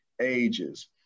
ages